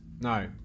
No